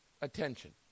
Attention